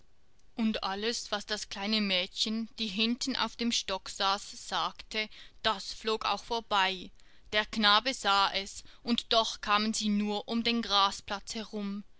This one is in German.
und alles was das kleine mädchen die hinten auf dem stock saß sagte das flog auch vorbei der knabe sah es und doch kamen sie nur um den grasplatz herum